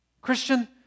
Christian